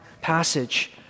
passage